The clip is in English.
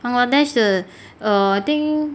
bangladesh 的 err I think